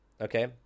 Okay